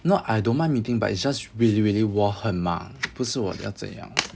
not I don't mind meeting but it's just really really 我很忙不是我要怎样